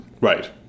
right